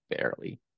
barely